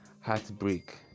heartbreak